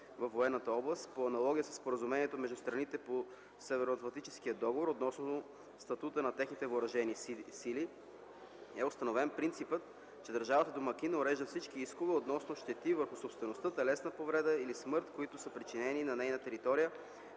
във военната област, по аналогия със Споразумението между страните по Северноатлантическия договор относно статута на техните въоръжени сили е установен принципът, че държавата домакин урежда всички искове относно щети върху собствеността, телесна повреда или смърт, които са причинени на нейната територия